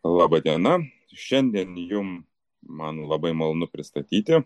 laba diena šiandien jum man labai malonu pristatyti